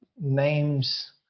names